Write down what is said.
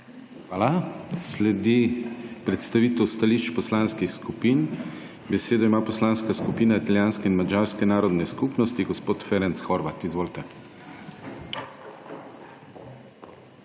Hvala. Sledi predstavitev stališč poslanskih skupin. Besedo ima Poslanska skupina Italijanske in madžarske narodne skupnosti, gospod Ferenc Horváth, izvolite.